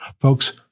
Folks